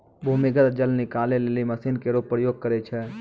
भूमीगत जल निकाले लेलि मसीन केरो प्रयोग करै छै